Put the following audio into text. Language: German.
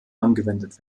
angewendet